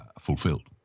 fulfilled